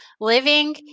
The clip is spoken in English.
living